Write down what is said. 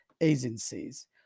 agencies